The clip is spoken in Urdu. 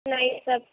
نہیں سب